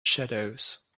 shadows